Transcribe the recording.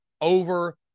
over